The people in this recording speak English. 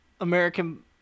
American